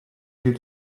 you